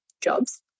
Jobs